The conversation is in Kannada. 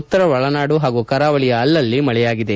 ಉತ್ತರ ಒಳನಾಡು ಹಾಗೂ ಕರಾವಳಿಯ ಅಲ್ಲಲ್ಲಿ ಮಳೆಯಾಗಿದೆ